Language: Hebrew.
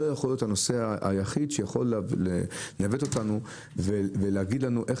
יכול להיות הנושא היחיד שיכול לנווט אותנו ולהגיד לנו איך